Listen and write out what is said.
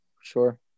sure